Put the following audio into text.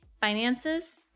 finances